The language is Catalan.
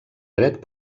dret